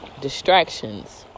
distractions